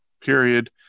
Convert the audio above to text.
period